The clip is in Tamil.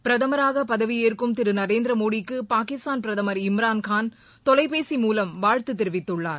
பிரதமராகபதவியேற்கும் திருநரேந்திரமோடிக்கு பாகிஸ்தான் பிரதமர் இம்ரான்கான் தொலைபேசி மூலம் வாழ்த்துதெரிவித்துள்ளார்